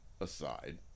aside